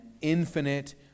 infinite